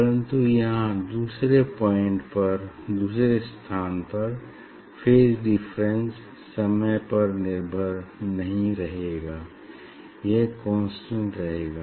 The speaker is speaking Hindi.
परन्तु यहाँ दूसरे पॉइंट पर दूसरे स्थान पर फेज डिफरेंस समय पर निर्भर नहीं रहेगा यह कांस्टेंट रहेगा